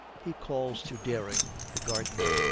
he calls to dering, the gardener,